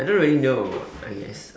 I don't really know I guess